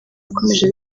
yakomeje